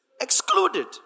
excluded